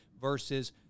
versus